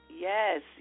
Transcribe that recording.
Yes